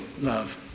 love